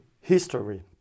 history